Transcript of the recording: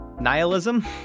Nihilism